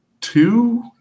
two